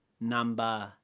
number